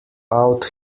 out